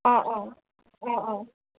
অঁ অঁ অঁ অঁ